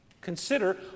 consider